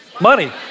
Money